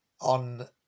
on